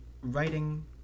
writing